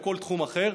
כל תחום אחר.